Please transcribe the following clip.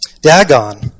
Dagon